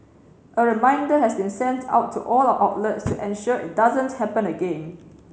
a reminder has been sent out to all our outlets to ensure it doesn't happen again